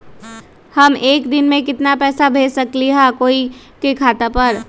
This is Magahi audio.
हम एक दिन में केतना पैसा भेज सकली ह कोई के खाता पर?